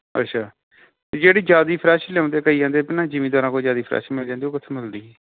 ਅੱਛਾ ਜਿਹੜੀ ਜ਼ਿਆਦਾ ਫਰੈਸ਼ ਲਿਆਉਂਦੇ ਕਈ ਕਹਿੰਦੇ ਕਿ ਨਾ ਜਿੰਮੀਦਾਰਾਂ ਕੋਲ ਜ਼ਿਆਦਾ ਫਰੈਸ਼ ਮਿਲ ਜਾਂਦੀ ਉਹ ਕਿੱਥੋਂ ਮਿਲਦੀ